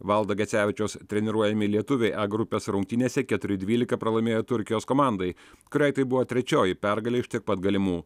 valdo gecevičiaus treniruojami lietuviai e grupės rungtynėse keturi dvylika pralaimėjo turkijos komandai kuriai tai buvo trečioji pergalė iš tiek pat galimų